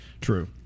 True